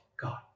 God